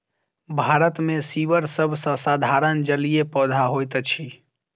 भारत मे सीवर सभ सॅ साधारण जलीय पौधा होइत अछि